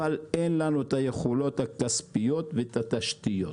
אבל אין לנו את היכולות הכספיות ואת התשתיות.